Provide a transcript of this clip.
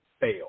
fail